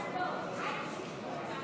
ההצעה